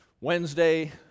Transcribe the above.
Wednesday